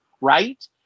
right